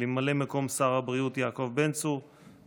חברי הכנסת, אני מתכבד לפתוח את ישיבת הכנסת.